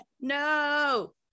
No